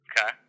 Okay